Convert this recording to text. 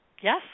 Yes